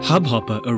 Hubhopper